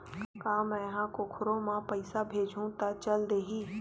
का मै ह कोखरो म पईसा भेजहु त चल देही?